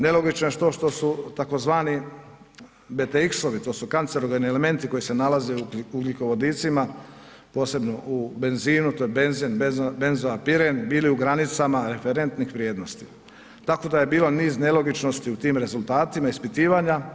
Nelogično je to što su tzv. BTX-ovi, to su kancerogeni elementi koji se nalaze u ugljikovodicima, posebno u benzinu, to je benzen, benezoapiren bili u granicama referentnih vrijednosti, tako da je bilo niz nelogičnosti u tim rezultatima ispitivanja.